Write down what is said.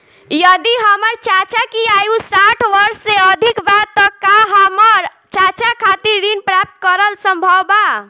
यदि हमर चाचा की आयु साठ वर्ष से अधिक बा त का हमर चाचा खातिर ऋण प्राप्त करल संभव बा